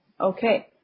okay